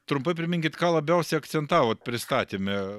trumpai priminkit ką labiausiai akcentavot pristatyme